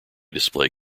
display